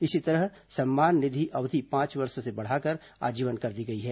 इसी तरह सम्मान निधि अवधि पांच वर्ष से बढ़ाकर आजीवन कर दी गई है